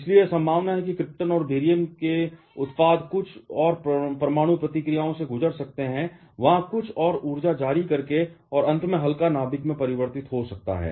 इसलिए यह संभावना है कि क्रिप्टन और बेरियम के उत्पाद कुछ और परमाणु प्रतिक्रियाओं से गुजर सकते हैं वहां कुछ और ऊर्जा जारी करके और अंत में हल्का नाभिक में परिवर्तित हो सकता है